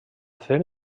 fer